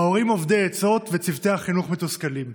ההורים אובדי עצות וצוותי החינוך מתוסכלים.